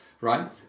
right